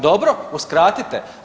Dobro, uskratite.